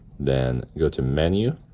then go to menu,